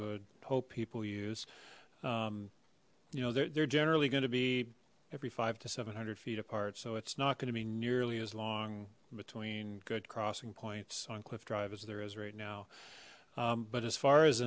would hope people use um you know they're generally going to be every five to seven hundred feet apart so it's not going to be nearly as long between good crossing points on cliff drive as there is right now but as far as